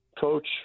Coach